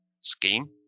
Scheme